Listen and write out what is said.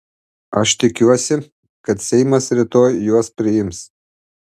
aš tikiuosi kad seimas rytoj juos priims